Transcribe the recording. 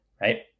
right